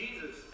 Jesus